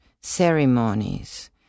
ceremonies